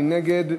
מי נגד?